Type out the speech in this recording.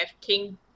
King